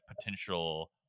potential